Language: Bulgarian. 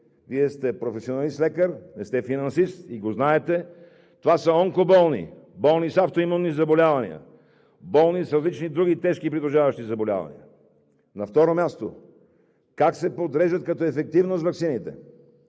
Вие сте професионалист лекар, не сте финансист и го знаете – това са онкоболни, болни с автоимунни заболявания, болни с различни други тежки придружаващи заболявания. На второ място, как се подрежат като ефективност ваксините?